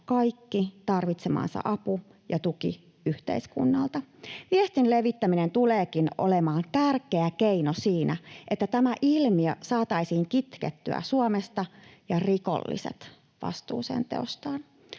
kaikki tarvitsemansa apu ja tuki yhteiskunnalta. Viestin levittäminen tuleekin olemaan tärkeä keino siinä, että tämä ilmiö saataisiin kitkettyä Suomesta ja rikolliset vastuuseen teoistaan.